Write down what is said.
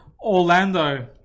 Orlando